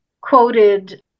quoted